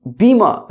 bima